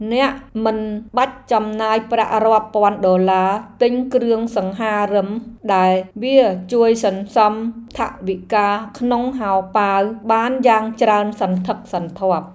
អ្នកមិនបាច់ចំណាយប្រាក់រាប់ពាន់ដុល្លារទិញគ្រឿងសង្ហារិម ដែលវាជួយសន្សំថវិកាក្នុងហោប៉ៅបានយ៉ាងច្រើនសន្ធឹកសន្ធាប់។